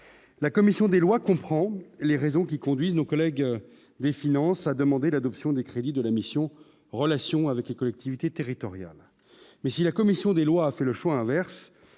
la commission des lois, comprend les raisons qui conduisent nos collègues des Finances a demandé l'adoption des crédits de la mission, relations avec les collectivités territoriales,